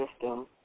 system